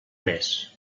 més